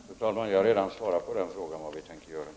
Fru talman! Jag har redan svarat på frågan vad vi tänker göra.